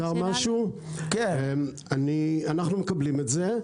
אנחנו מקבלים את זה.